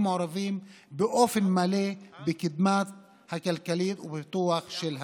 מעורבים באופן מלא בקדמה הכלכלית ובפיתוח של המדינה.